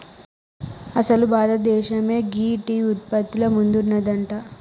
అసలు భారతదేసమే గీ టీ ఉత్పత్తిల ముందున్నదంట